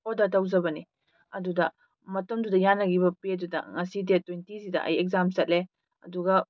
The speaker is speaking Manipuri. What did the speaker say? ꯑꯣꯗꯔ ꯇꯧꯖꯕꯅꯤ ꯑꯗꯨꯗ ꯃꯇꯝꯗꯨꯗ ꯌꯥꯅꯈꯤꯕ ꯄꯦꯗꯨꯗ ꯉꯁꯤ ꯗꯦꯠ ꯇꯣꯏꯟꯇꯤ ꯁꯤꯗ ꯑꯩ ꯑꯦꯛꯖꯥꯝ ꯆꯠꯂꯦ ꯑꯗꯨꯒ